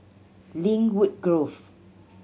Lynwood Grove